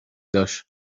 داشت